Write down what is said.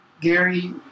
Gary